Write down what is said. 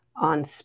on